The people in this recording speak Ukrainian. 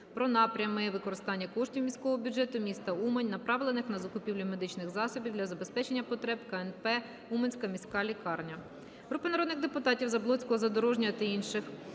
про напрями використання коштів міського бюджету м. Умань, направлених на закупівлю медичних засобів для забезпечення потреб КНП "Уманська міська лікарня". Групи народних депутатів (Заблоцького, Задорожнього та інших)